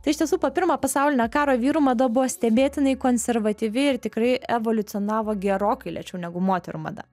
tai iš tiesų po pirmo pasaulinio karo vyrų mada buvo stebėtinai konservatyvi ir tikrai evoliucionavo gerokai lėčiau negu moterų mada